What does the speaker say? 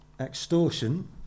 Extortion